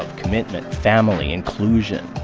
commitment, family, inclusion.